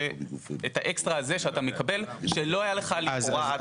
שאתה מקבל שלא היה לך לכאורה עד עכשיו.